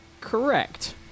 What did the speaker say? correct